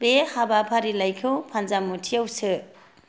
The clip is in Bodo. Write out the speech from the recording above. बे हाबाफारिलाइखौ फान्जामुथियाव सो